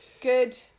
Good